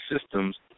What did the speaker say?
systems